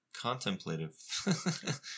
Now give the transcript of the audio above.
contemplative